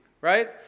right